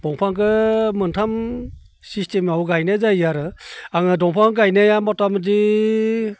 दंफांखो मोनथाम सिस्टेमाव गायनाय जायो आरो आङो दंफां गायनाया मथामथि